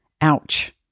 Ouch